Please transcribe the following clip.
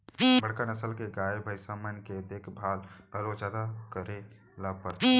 बड़का नसल के गाय, भईंस मन के देखभाल घलौ जादा करे ल परथे